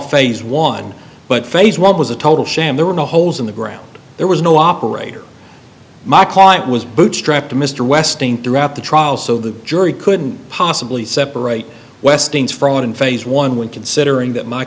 phase one but phase one was a total sham there were no holes in the ground there was no operator my client was bootstrapped mr westing throughout the trial so the jury couldn't possibly separate westing fraud in phase one when considering that my